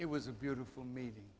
it was a beautiful meeting